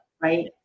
right